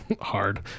hard